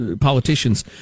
politicians